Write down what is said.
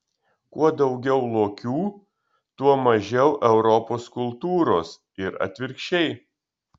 kuo daugiau lokių tuo mažiau europos kultūros ir atvirkščiai